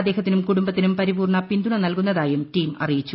അദ്ദേഹത്തിനും കുടുംബത്തിനും പരിപൂർണ്ണ പിന്തുണ നൽകുന്നതായും ടീം അറിയിച്ചു